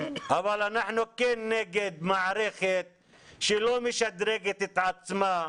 אבל אנחנו כן נגד מערכת שלא משדרגת את עצמה,